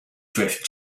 drift